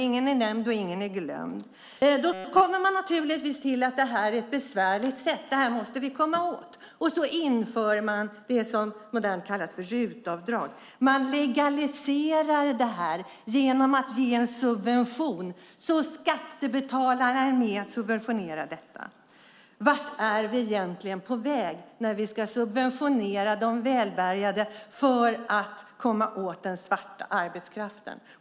Ingen nämnd och ingen glömd! Man kommer naturligtvis fram till att det här är något besvärligt som vi måste komma åt, och så inför man det som modernt kallas RUT-avdrag. Man legaliserar det här genom att ge en subvention, och skattebetalarna är med om att subventionera detta. Vart är vi egentligen på väg när vi ska subventionera de välbärgade för att komma åt den svarta arbetskraften?